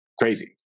crazy